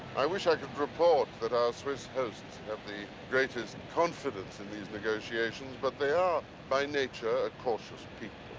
i wish i could report that our swiss hosts have the greatest confidence in these negotiations, but they are by nature a cautious people